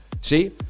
See